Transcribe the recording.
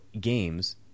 games